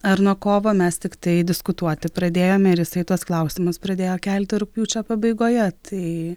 ar nuo kovo mes tiktai diskutuoti pradėjome ir jisai tuos klausimus pradėjo kelti rugpjūčio pabaigoje tai